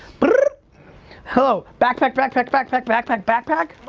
but hello, backpack, backpack, backpack, backpack, backpack.